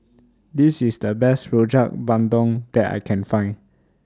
This IS The Best Rojak Bandung that I Can Find